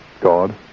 God